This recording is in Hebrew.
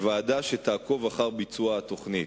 לוועדה שתעקוב אחר ביצוע התוכנית.